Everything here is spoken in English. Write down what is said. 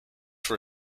for